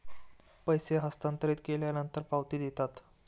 पैसे हस्तांतरित केल्यानंतर पावती देतात